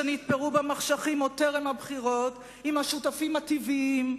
שנתפרו במחשכים עוד טרם הבחירות עם השותפים הטבעיים,